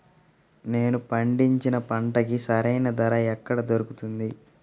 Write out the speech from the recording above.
నేను పండించిన పంటకి సరైన ధర ఎక్కడ దొరుకుతుంది?